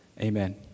Amen